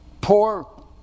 Poor